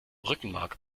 rückenmark